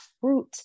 fruit